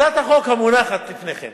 הצעת החוק המונחת בפניכם